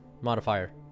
modifier